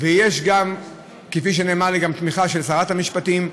ויש, כפי שנאמר לי, גם תמיכה של שרת המשפטים.